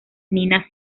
nina